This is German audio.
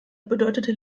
bedeutete